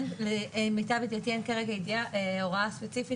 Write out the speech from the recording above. למיטב ידיעתי אין כרגע הוראה ספציפית,